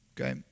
okay